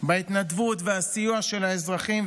בהתנדבות והסיוע של האזרחים,